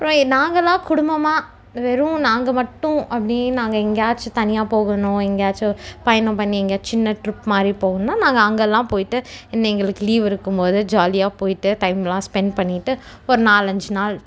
நாங்கல்லாம் குடும்பமாக வெறும் நாங்கள் மட்டும் அப்படின்னு நாங்கள் எங்கேயாச்சும் தனியாக போகணும் எங்கேயாச்சும் பயணம் பண்ணி எங்கையா சின்ன ட்ரிப் மாதிரி போகணுன்னா நாங்கள் அங்கேல்லாம் போய்விட்டு எங்களுக்கு லீவ் இருக்கும் போது ஜாலியாக போய்விட்டு டைம் எல்லாம் ஸ்பென்ட் பண்ணிவிட்டு ஒரு நாலஞ்சு நாள்